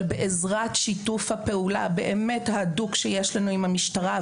אבל בעזרת שיתוף הפעולה ההדוק שיש לנו עם המשטרה,